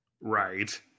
right